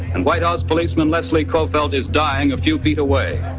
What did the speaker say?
and white house policeman leslie coffelt is dying a few feet away.